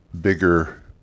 bigger